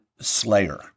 Slayer